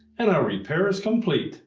and our repair is complete.